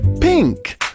pink